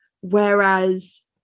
Whereas